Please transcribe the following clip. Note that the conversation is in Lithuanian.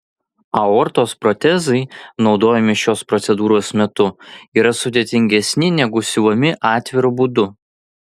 aortos protezai naudojami šios procedūros metu yra sudėtingesni negu siuvami atviru būdu